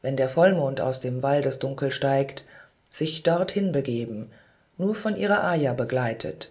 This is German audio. wenn der vollmond aus dem waldesdunkel steigt sich dorthin begeben nur von ihrer ayah begleitet